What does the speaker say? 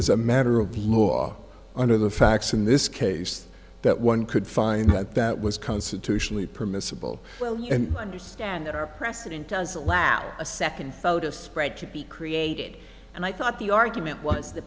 is a matter of law under the facts in this case that one could find that that was constitutionally permissible well and understand that our precedent does allow a second photo spread to be created and i thought the argument was